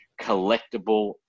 collectible